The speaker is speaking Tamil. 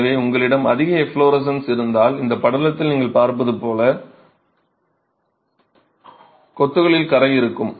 எனவே உங்களிடம் அதிக எஃப்லோரசன்ஸ் இருந்தால் இந்த படலத்தில் நீங்கள் பார்ப்பது போல கொத்துகளில் கறை இருக்கும்